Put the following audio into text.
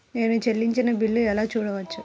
నేను చెల్లించిన బిల్లు ఎలా చూడవచ్చు?